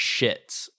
Shits